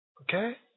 Okay